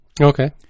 Okay